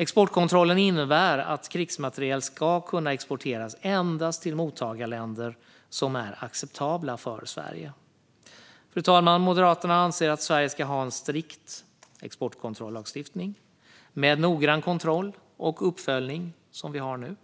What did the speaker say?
Exportkontrollen innebär att krigsmateriel ska kunna exporteras endast till mottagarländer som är acceptabla för Sverige. Fru talman! Moderaterna anser att Sverige ska ha en strikt exportkontrollagstiftning med noggrann kontroll och uppföljning, som vi har nu,